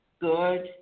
good